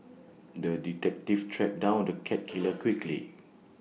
the detective tracked down the cat killer quickly